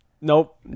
Nope